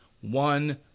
one